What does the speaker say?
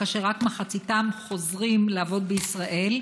ורק מחציתם חוזרים לעבוד בישראל.